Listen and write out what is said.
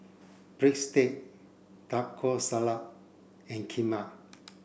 Breadstick Taco Salad and Kheema